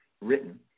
written